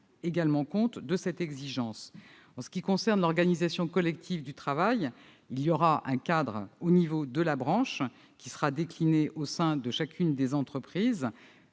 également compte de cette exigence. En ce qui concerne l'organisation collective du travail, il y aura un cadre au niveau de la branche, qui sera décliné au sein de chacune des entreprises.